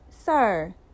Sir